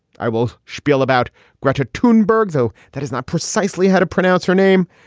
i will shpiel about gretar tune bergs, though that is not precisely how to pronounce her name.